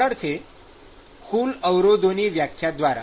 સરળ છે કુલ અવરોધની વ્યાખ્યા દ્વારા